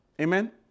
Amen